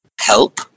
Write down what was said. help